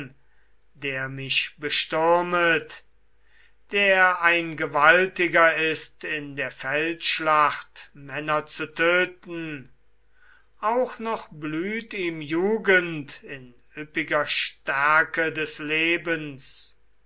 der mich bestürmet der ein gewaltiger ist in der feldschlacht männer zu töten auch noch blüht ihm jugend in üppiger stärke des lebens